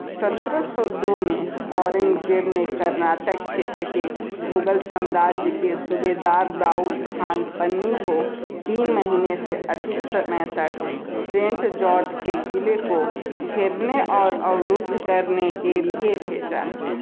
सत्रह सौ दो में औरंगज़ेब ने कर्नाटक क्षेत्र के मुगल सम्राज्य के सूबेदार दाऊद ख़ान पन्नी को तीन महीने से अधिक समय तक सेंट जॉर्ज के क़िले को घेरने और अवरोध करने के लिए भेजा